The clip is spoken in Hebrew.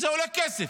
אז זה עולה כסף.